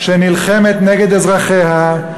שנלחמת נגד אזרחיה,